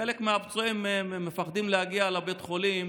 חלק מהפצועים מפחדים להגיע לבתי החולים